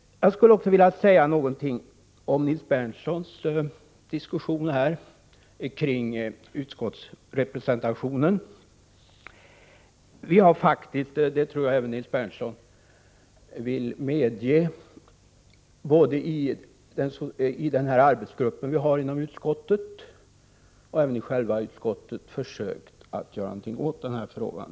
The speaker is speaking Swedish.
Jag skulle också vilja säga någonting med anledning av Nils Berndtsons diskussion här om utskottsrepresentationen. Vi har faktiskt — det tror jag att även Nils Berndtson kan medge — både i arbetsgruppen i utskottet och i själva utskottet försökt att göra någonting åt den här frågan.